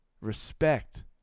respect